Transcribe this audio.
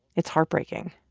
it's heartbreaking.